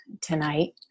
tonight